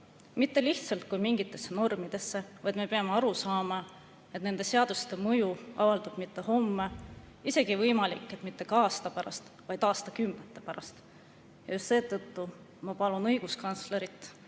Mitte lihtsalt kui mingisse normi, vaid me peame aru saama, et nende seaduste mõju ei avaldu mitte homme, võimalik, et ka aasta pärast mitte, vaid aastakümnete pärast. Just seetõttu ma palun õiguskantslerit,